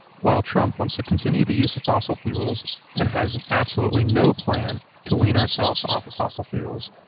while trump wants to continue the use of fossil fuels and has absolutely no plan to wean ourselves off of fossil fuels,